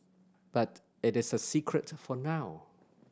but it is a secret for now